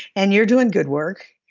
and you're doing good work.